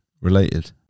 related